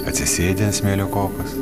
atsisėdi ant smėlio kopos